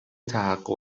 تحقق